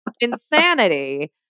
insanity